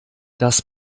das